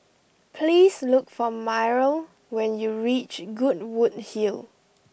please look for Myrle when you reach Goodwood Hill